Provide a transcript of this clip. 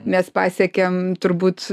mes pasiekėm turbūt